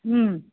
ಹ್ಞೂ